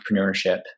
entrepreneurship